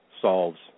solves